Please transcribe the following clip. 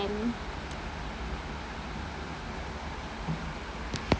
~em